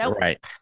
Right